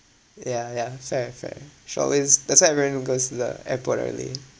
yeah yeah fair fair shortlist that's why everyone goes to the airport early